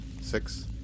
Six